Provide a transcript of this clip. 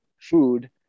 food